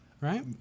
Right